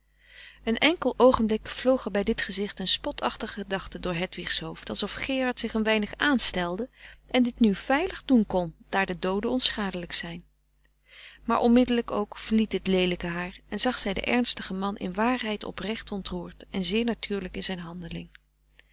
een enkele seconde vloog er bij dit gezicht een spotachtige gedachte door hedwigs hoofd alsof gerard frederik van eeden van de koele meren des doods zich een weinig aanstelde en dit nu veilig doen kon daar de dooden onschadelijk zijn maar onmiddelijk ook verliet dit leelijke haar en zag zij den ernstigen man in waarheid oprecht ontroerd en zeer natuurlijk in zijn handeling